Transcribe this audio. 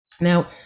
now